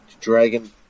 Dragon